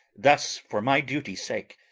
thus, for my duty's sake,